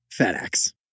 FedEx